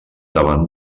davant